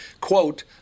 Quote